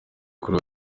kuri